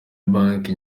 banki